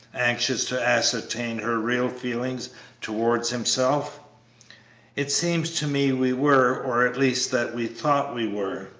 anxious to ascertain her real feelings towards himself it seemed to me we were, or at least that we thought we were.